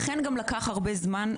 לכן גם לקח הרבה זמן,